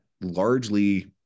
largely